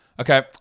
Okay